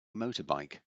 motorbike